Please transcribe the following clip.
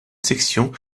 section